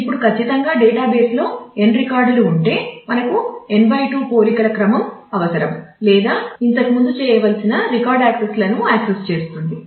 ఇప్పుడు ఖచ్చితంగా డేటాబేస్లో n రికార్డులు ఉంటే మనకు n2 పోలికల క్రమం అవసరం లేదా ఇంతకు ముందు చేయవలసిన రికార్డ్ యాక్సెస్లను యాక్సెస్ చేస్తుంది